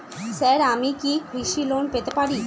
Sir আমি কি কৃষি লোন পেতে পারি?